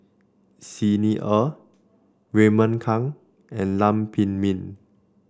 Xi Ni Er Raymond Kang and Lam Pin Min